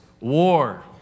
war